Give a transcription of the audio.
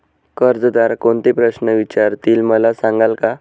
कर्जदार कोणते प्रश्न विचारतील, मला सांगाल का?